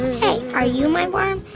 hey, are you my worm?